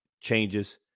changes